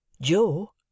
Joe